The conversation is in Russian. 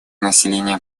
населения